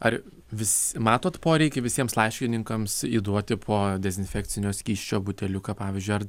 ar vis matote poreikį visiems laiškininkams įduoti po dezinfekcinio skysčio buteliuką pavyzdžiui ar